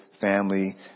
family